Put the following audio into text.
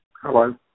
Hello